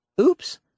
Oops